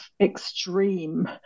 extreme